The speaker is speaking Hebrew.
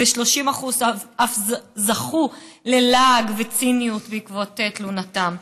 ו-30% אף "זכו" ללעג ולציניות בעקבות תלונתם.